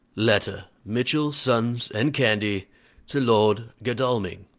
letter, mitchell, sons and candy to lord godalming.